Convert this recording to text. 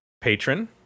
patron